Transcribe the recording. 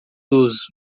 dos